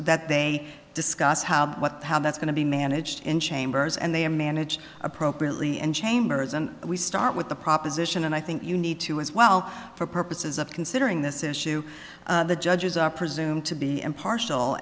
that they may discuss how what the how that's going to be managed in chambers and they are managed appropriately and chambers and we start with the proposition and i think you need to as well for purposes of considering this issue the judges are presumed to be impartial